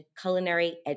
culinary